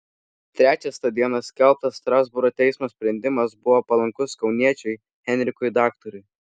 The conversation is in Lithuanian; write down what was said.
trečias tą dieną skelbtas strasbūro teismo sprendimas buvo palankus kauniečiui henrikui daktarui